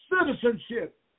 citizenship